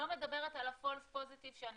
אני לא מדברת על ה-false positive שאני